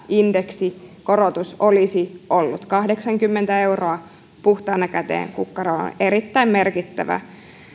indeksikorotus olisi ollut kahdeksankymmentä euroa puhtaana käteen kukkaroon erittäin merkittävä